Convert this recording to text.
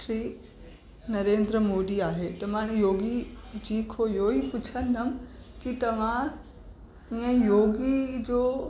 श्री नरेंद्र मोदी आहे त मां हाणे योगी जी खां इहो ही पुछंदमि की तव्हां ईअं योगी जो